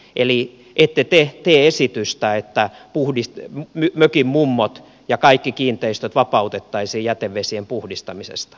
eli ette te tee esitystä että mökinmummot ja kaikki kiinteistöt vapautettaisiin jätevesien puhdistamisesta